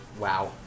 Wow